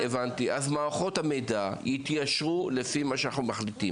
מערכות המידע יתיישרו לפי מה שאנחנו מחליטים.